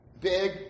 big